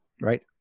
right